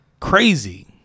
crazy